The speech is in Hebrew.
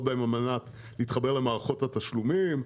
בהן על מנת להתחבר למערכות התשלומים,